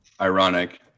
Ironic